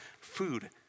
Food